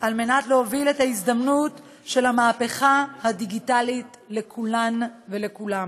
להוביל את ההזדמנות של המהפכה הדיגיטלית לכולן ולכולם.